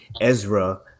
Ezra